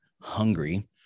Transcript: hungry